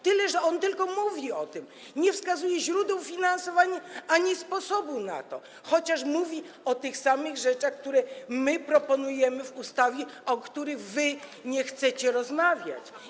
Tyle że on tylko o tym mówi, nie wskazuje źródeł finansowania ani sposobu na to, chociaż mówi o tych samych rzeczach, które my proponujemy w ustawie, o których wy nie chcecie rozmawiać.